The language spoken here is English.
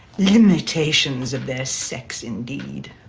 limitations of their sex indeed.